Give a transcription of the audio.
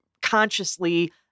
Consciously